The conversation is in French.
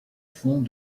fond